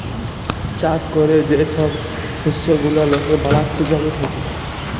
চাষ ক্যরে যে ছব শস্য গুলা লকে বালাচ্ছে জমি থ্যাকে